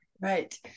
Right